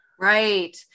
right